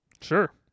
Sure